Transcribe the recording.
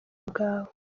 bwawe